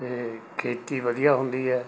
ਅਤੇ ਖੇਤੀ ਵਧੀਆ ਹੁੰਦੀ ਹੈ